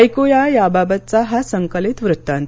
ऐकूया याबाबतचा हा संकलित वृत्तांत